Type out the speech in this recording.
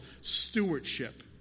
stewardship